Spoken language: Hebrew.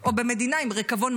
או במדינה עם ריקבון.